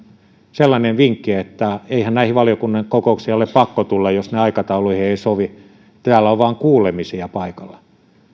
sellainen vinkki että eihän näihin valiokunnan kokouksiin ole pakko tulla jos ne eivät aikatauluihin sovi täällä on vain kuulemisia paikalla